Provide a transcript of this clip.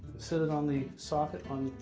set it on the socket on